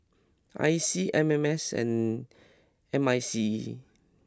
I C M M S and M I C E